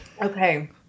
Okay